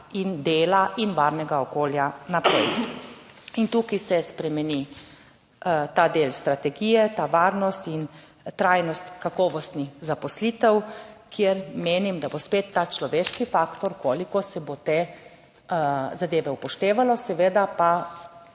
in dela in varnega okolja naprej. In tukaj se spremeni ta del strategije, ta varnost in trajnost kakovosti zaposlitev, kjer menim, da bo spet ta človeški faktor, koliko se bo te zadeve upoštevalo. Seveda pa